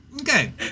Okay